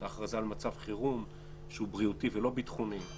הכרזה על מצב חירום בריאותי ולא ביטחוני,